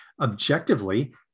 objectively